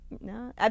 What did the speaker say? No